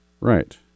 Right